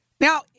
Now